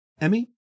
Emmy